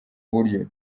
buryo